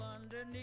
underneath